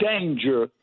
danger